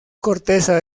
corteza